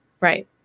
Right